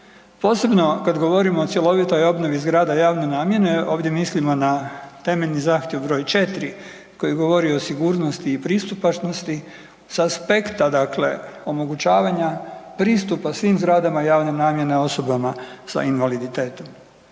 Posebno kad govorimo o cjelovitoj obnovi zgrada javne namjene ovdje mislimo na temeljni zahtjev broj 4 koji govori o sigurnosti i pristupačnosti sa aspekta, dakle omogućavanja pristupa svim zgradama javne namjene osobama sa invaliditetom.